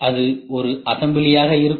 இது ஒரு அசெம்பிளியாக இருக்கும்